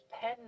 pen